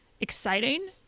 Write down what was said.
exciting